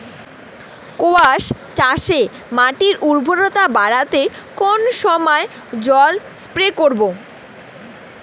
কোয়াস চাষে মাটির উর্বরতা বাড়াতে কোন সময় জল স্প্রে করব?